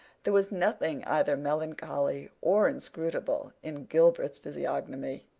there was nothing either melancholy or inscrutable in gilbert's physiognomy,